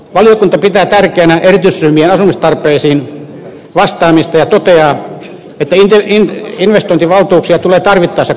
valiokunta pitää tärkeänä erityisryhmien asumistarpeisiin vastaamista ja toteaa että investointivaltuuksia tulee tarvittaessa korottaa lisätalousarvion kautta